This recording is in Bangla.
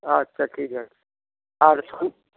আচ্ছা ঠিক আছে আর